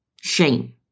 shame